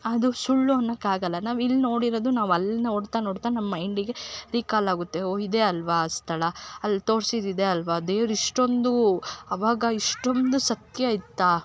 ಅದು ಸುಳ್ಳು ಅನ್ನೋಕಾಗೋಲ್ಲ ನಾವು ಇಲ್ನೋಡಿರೋದು ನಾವು ಅಲ್ಲಿ ನೋಡ್ತಾ ನೋಡ್ತಾ ನಮ್ಮ ಮೈಂಡಿಗೆ ರಿಕಾಲ್ ಆಗುತ್ತೆ ಓ ಇದೇ ಅಲ್ವ ಆ ಸ್ಥಳ ಅಲ್ಲಿ ತೋರ್ಸಿದ್ದು ಇದೇ ಅಲ್ವ ದೇವ್ರು ಇಷ್ಟೊಂದು ಅವಾಗ ಇಷ್ಟೊಂದು ಸತ್ಯ ಇತ್ತಾ